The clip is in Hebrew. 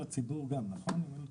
נכון.